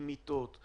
עם מיטות,